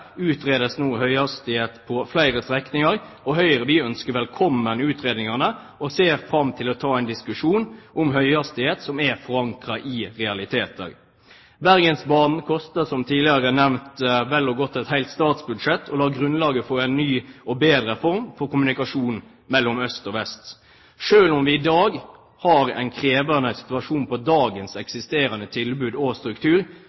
Nå, 58 år senere, utredes høyhastighet på flere strekninger. Vi i Høyre ønsker utredningene velkommen og ser fram til å ta en diskusjon om høyhastighet som er forankret i realiteter. Bergensbanen kostet, som tidligere nevnt, godt og vel et helt statsbudsjett og la grunnlaget for en ny og bedre form for kommunikasjon mellom øst og vest. Selv om vi i dag har en krevende situasjon på dagens eksisterende tilbud og struktur,